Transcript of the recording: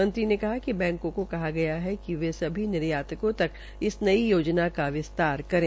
मंत्री ने कहा कि बैंकों सें को कहा गया है कि सभी निर्यातकों तक इस नई योजना का विस्तार करें